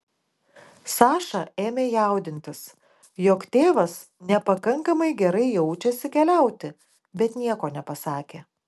saša ėmė jaudintis jog tėvas nepakankamai gerai jaučiasi keliauti bet nieko nepasakė